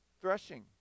threshing